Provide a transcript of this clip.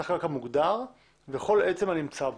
שטח קרקע מוגדר וכל עצם שנמצא בו.